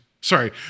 Sorry